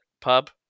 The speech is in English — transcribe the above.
Pub